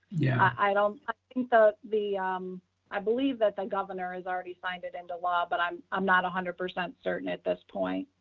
yeah i don't think the. um i believe that the governor has already signed it into law, but i'm i'm not a hundred percent certain at this point.